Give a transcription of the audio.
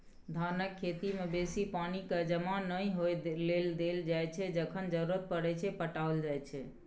धानक खेती मे बेसी पानि केँ जमा नहि होइ लेल देल जाइ छै जखन जरुरत परय छै पटाएलो जाइ छै